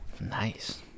nice